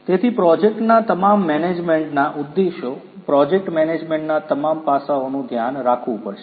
તેથી પ્રોજેક્ટના તમામ મેનેજમેન્ટનાં ઉદ્દેશો પ્રોજેક્ટ મેનેજમેન્ટના તમામ પાસાઓનું ધ્યાન રાખવું પડશે